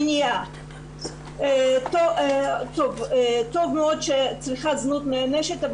מניעה טוב מאוד שצריכת זנות נענשת,